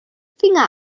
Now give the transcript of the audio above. finger